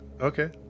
Okay